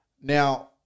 Now